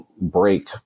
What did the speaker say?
break